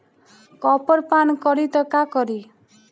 Copper पान करी त का करी?